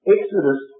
Exodus